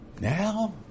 Now